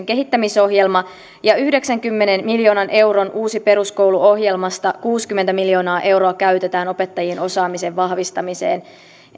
kehittämisohjelma ja yhdeksänkymmenen miljoonan euron uusi peruskoulu ohjelmasta kuusikymmentä miljoonaa euroa käytetään opettajien osaamisen vahvistamiseen